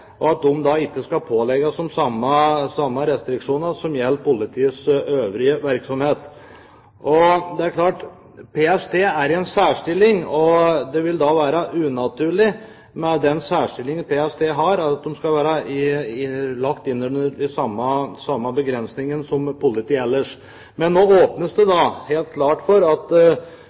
ikke skal pålegges de samme restriksjoner som gjelder for politiets øvrige virksomhet. Det er klart at PST er i en særstilling. Det vil da være unaturlig, med den særstillingen PST har, at de skal være underlagt de samme begrensningene som politiet ellers. Men vi har Stortingets EOS-utvalg som enkeltpersoner kan henvende seg til for